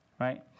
right